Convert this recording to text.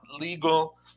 legal